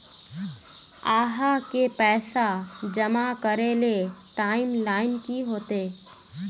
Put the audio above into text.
आहाँ के पैसा जमा करे ले टाइम लाइन की होते?